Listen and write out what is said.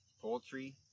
poultry